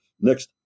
next